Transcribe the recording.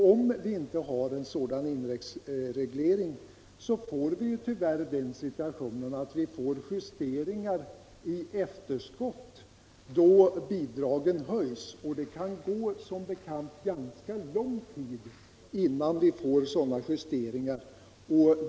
Om vi inte har en sådan indexreglering inträffar tyvärr den situationen att vi får justeringar i efterhand då bidragen höjs, och det kan som bekant gå ganska lång tid innan vi får sådana justeringar.